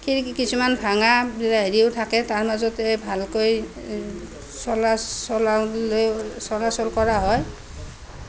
খিৰিকী কিছুমান ভঙা এ হেৰিও থাকে তাৰ মাজতে ভালকৈ চলা চলালেও চলাচল কৰা হয়